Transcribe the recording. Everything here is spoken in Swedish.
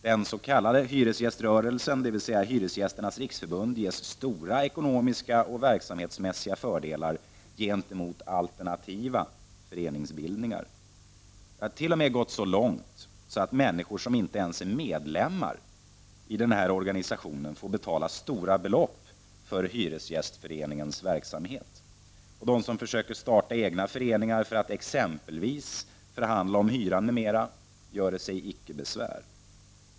Den s.k. hyresgäströrelsen, dvs. Hyresgästernas riksförbund, ges stora ekonomiska och verksamhetsmässiga fördelar gentemot alternativa föreningsbildningar. Det har t.o.m. gått så långt att människor som inte ens är medlemmar i denna organisation får betala stora belopp för Hyresgästföreningens verksamhet. De som försöker att starta egna föreningar för att exempelvis förhandla om hyran göre sig icke besvär.